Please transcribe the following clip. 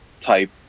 type